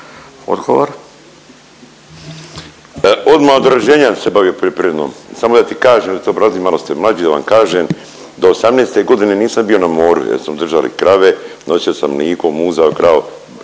(MOST)** Odma od rođenja se bavim poljoprivredom. Samo da ti kažem, da to obrazložim, malo ste mlađi, da vam kažem, do 18.g. nisam bio na moru jel smo držali krave, nosio sam mliko, muzao kravu,